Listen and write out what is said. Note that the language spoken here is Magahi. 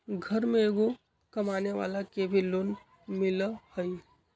घर में एगो कमानेवाला के भी लोन मिलहई?